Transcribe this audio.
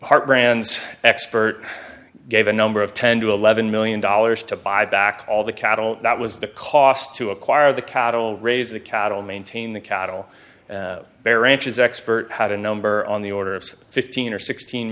brands expert gave a number of ten to eleven million dollars to buy back all the cattle that was the cost to acquire the cattle raise the cattle maintain the cattle bear ranch is expert had a number on the order of fifteen or sixteen